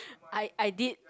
I I did